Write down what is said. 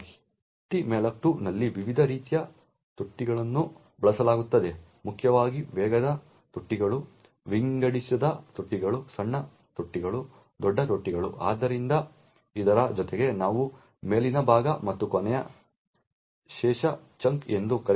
ptmalloc2 ನಲ್ಲಿ ವಿವಿಧ ರೀತಿಯ ತೊಟ್ಟಿಗಳನ್ನು ಬಳಸಲಾಗುತ್ತದೆ ಮುಖ್ಯವಾಗಿ ವೇಗದ ತೊಟ್ಟಿಗಳು ವಿಂಗಡಿಸದ ತೊಟ್ಟಿಗಳು ಸಣ್ಣ ತೊಟ್ಟಿಗಳು ದೊಡ್ಡ ತೊಟ್ಟಿಗಳು ಆದ್ದರಿಂದ ಇದರ ಜೊತೆಗೆ ನಾವು ಮೇಲಿನ ಭಾಗ ಮತ್ತು ಕೊನೆಯ ಶೇಷ ಚಂಕ್ ಎಂದು ಕರೆಯುತ್ತೇವೆ